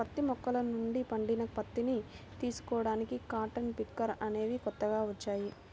పత్తి మొక్కల నుండి పండిన పత్తిని తీసుకోడానికి కాటన్ పికర్ అనేవి కొత్తగా వచ్చాయి